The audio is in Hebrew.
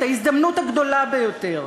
את ההזדמנות הגדולה ביותר.